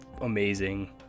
amazing